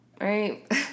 right